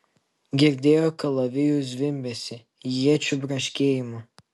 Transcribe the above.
girdėjo kalavijų zvimbesį iečių braškėjimą